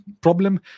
problem